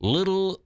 Little